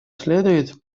следует